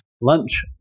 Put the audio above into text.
lunch